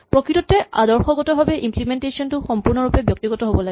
প্ৰকৃততে আদৰ্শগতভাৱে ইম্লিমেনটেচন টো সম্পূৰ্ণভাৱে ব্যক্তিগত হ'ব লাগে